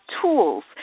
tools